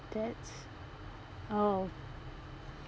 that's oh